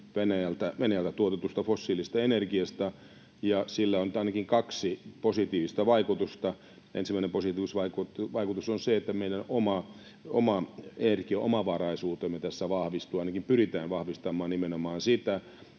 Venäjältä tuotetusta fossiilisesta energiasta. Sillä on nyt ainakin kaksi positiivista vaikutusta. Ensimmäinen positiivinen vaikutus on se, että meidän oma energiaomavaraisuutemme tässä vahvistuu, ainakin pyritään vahvistamaan nimenomaan sitä.